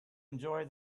enjoy